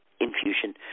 infusion